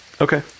Okay